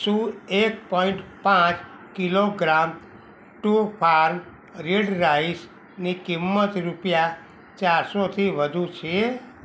શું એક પોઈન્ટ પાંચ કિલોગ્રામ ટ્રૂફાર્મ રેડ રાઈસની કિંમત રૂપિયા ચારસોથી વધુ છે